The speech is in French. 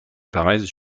paraissent